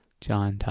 John